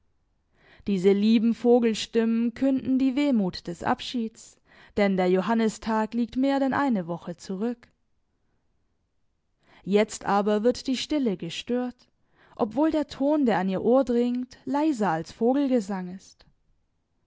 diese lieben vogelstimmen künden die wehmut des abschieds denn der johannistag liegt mehr denn eine woche zurück jetzt aber wird die stille gestört obwohl der ton der an ihr ohr dringt leiser als vogelgesang ist